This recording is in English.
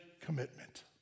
commitment